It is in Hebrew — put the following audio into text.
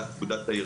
על אף פקודת העיריות.